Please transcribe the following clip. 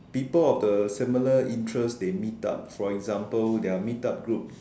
people of the similar interest they meet up for example their meet up group